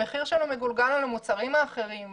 המחיר שלו מגולגל על המוצרים האחרים.